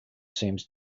seems